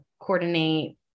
coordinate